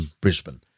Brisbane